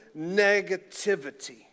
negativity